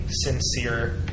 sincere